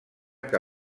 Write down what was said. que